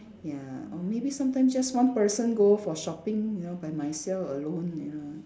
ya or maybe sometimes just one person go for shopping you know by myself alone ya